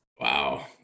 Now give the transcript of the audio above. Wow